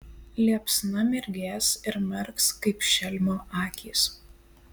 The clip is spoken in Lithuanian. liepsna mirgės ir merks kaip šelmio akys